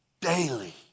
daily